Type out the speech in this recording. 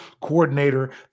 coordinator